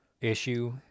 issue